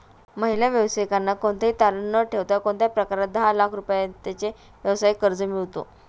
महिला व्यावसायिकांना कोणतेही तारण न ठेवता कोणत्या प्रकारात दहा लाख रुपयांपर्यंतचे व्यवसाय कर्ज मिळतो?